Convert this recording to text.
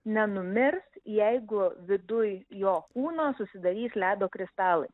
nenumirs jeigu viduj jo kūno susidarys ledo kristalai